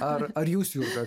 ar ar jūs jurga